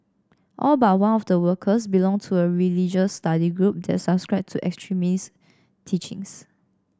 all but one of the workers belonged to a religious study group that subscribed to extremist teachings